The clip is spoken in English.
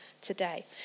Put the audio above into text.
today